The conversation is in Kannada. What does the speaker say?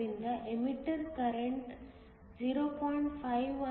ಆದ್ದರಿಂದ ಎಮಿಟರ್ ಕರೆಂಟ್ 0